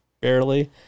barely